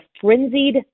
frenzied